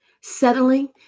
settling